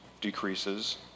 decreases